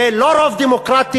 זה לא רוב דמוקרטי,